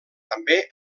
també